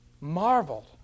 marveled